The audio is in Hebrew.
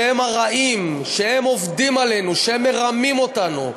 שהם הרעים, שהם עובדים עלינו, שהם מרמים אותנו.